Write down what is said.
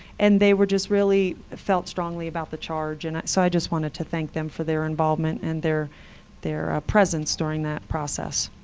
and they just really felt strongly about the charge. and so i just wanted to thank them for their involvement and their their presence during that process.